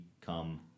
come